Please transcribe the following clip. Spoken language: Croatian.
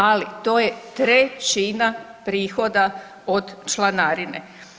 Ali to je trećina prihoda od članarine.